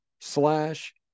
slash